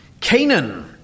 Canaan